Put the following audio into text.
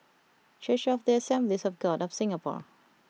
Church of the Assemblies of God of Singapore